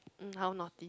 mm how naughty